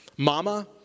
Mama